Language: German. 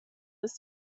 ist